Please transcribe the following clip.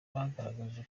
bagaragaje